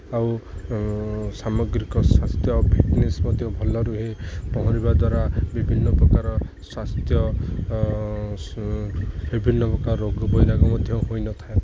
ଆଉ ସାମଗ୍ରିକ ସ୍ୱାସ୍ଥ୍ୟ ଫିଟ୍ନେସ୍ ମଧ୍ୟ ଭଲ ରୁହେ ପହଁରିବା ଦ୍ୱାରା ବିଭିନ୍ନ ପ୍ରକାର ସ୍ୱାସ୍ଥ୍ୟ ବିଭିନ୍ନ ପ୍ରକାର ରୋଗ ବୈରାଗ ମଧ୍ୟ ହୋଇନଥାଏ